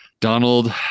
Donald